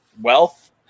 wealth